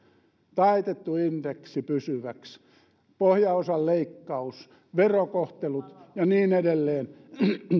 taitettu indeksi pysyväksi pohjaosan leikkaus verokohtelut ja niin edelleen